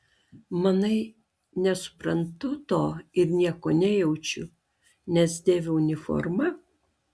manai nesuprantu to ir nieko nejaučiu nes dėviu uniformą